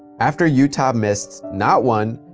after utah missed not one,